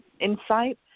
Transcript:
insight